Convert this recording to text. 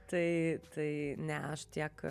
tai tai ne aš tiek